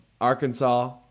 arkansas